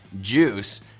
JUICE